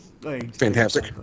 fantastic